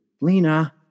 Lena